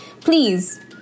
please